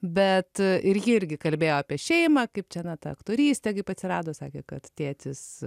bet ir ji irgi kalbėjo apie šeimą kaip čia na ta aktorystė kaip atsirado sakė kad tėtis